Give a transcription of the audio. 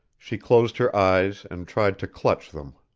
she closed her eyes and tried to clutch them.